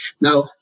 Now